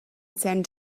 send